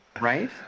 Right